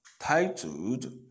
titled